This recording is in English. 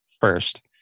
First